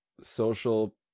social